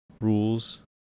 rules